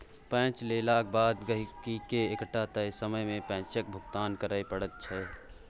पैंच लेलाक बाद गहिंकीकेँ एकटा तय समय मे पैंचक भुगतान करय पड़ैत छै